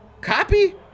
copy